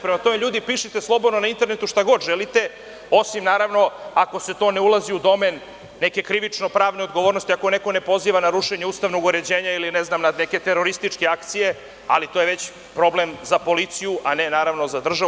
Prema tome, ljudi, pišite slobodno na internetu šta god želite osim, naravno ako to ne ulazi u domen neke krivično-pravne odgovornosti, ako neko ne poziva na rušenje ustavnog uređenja ili, ne znam, na neke terorističke akcije ali to je već problem za policiju, a ne naravno za državu.